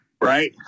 right